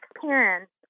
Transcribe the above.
parents